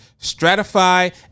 Stratify